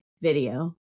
video